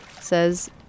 says